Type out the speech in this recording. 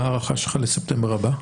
מה ההערכה שלך לספטמבר הבא?